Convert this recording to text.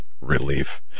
relief